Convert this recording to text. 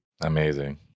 amazing